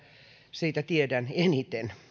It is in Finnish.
siitä tiedän eniten